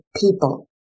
people